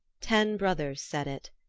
ten brothers said it.